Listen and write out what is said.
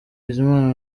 bizimana